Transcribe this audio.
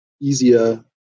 easier